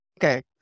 Okay